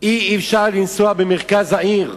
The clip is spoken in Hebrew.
אי-אפשר לנסוע במרכז העיר,